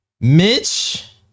Mitch